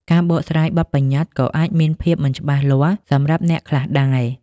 ការបកស្រាយបទប្បញ្ញត្តិក៏អាចមានភាពមិនច្បាស់លាស់សម្រាប់អ្នកខ្លះដែរ។